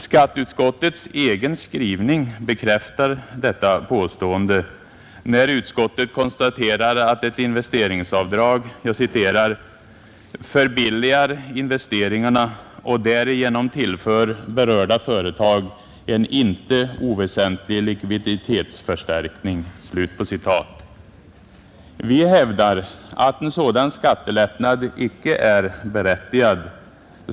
Skatteutskottets egen skrivning bekräftar detta påstående när utskottet konstaterar att ett investeringsavdrag ”förbilligar investeringarna och därigenom tillför berörda företag en inte oväsentlig likviditetsförstärkning”. Vi hävdar att en sådan skattelättnad inte är berättigad.